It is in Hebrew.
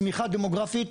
צמיחה דמוגרפית.